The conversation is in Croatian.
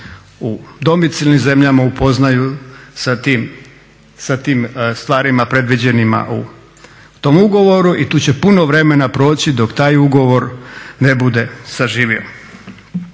u domicilnim zemljama upoznaju sa tim stvarima predviđenima u tom ugovoru i tu će puno vremena proći dok taj ugovor ne bude zaživio.